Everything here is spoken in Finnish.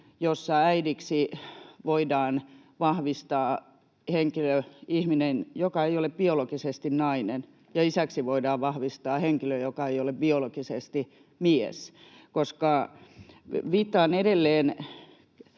jossa äidiksi voidaan vahvistaa henkilö, ihminen, joka ei ole biologisesti nainen, ja isäksi voidaan vahvistaa henkilö, joka ei ole biologisesti mies. Viittaan edelleen